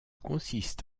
consiste